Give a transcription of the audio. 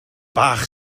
bach